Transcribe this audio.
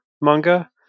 manga